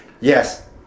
Yes